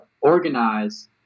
organize